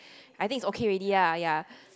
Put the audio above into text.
I think it's okay already lah ya